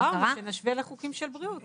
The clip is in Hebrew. בואו, ונשווה לחוקים של בריאות.